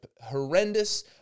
horrendous